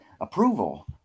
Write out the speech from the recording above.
approval